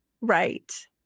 Right